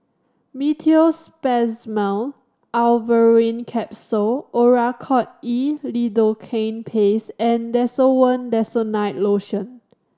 Meteospasmyl Alverine Capsule Oracort E Lidocaine Paste and Desowen Desonide Lotion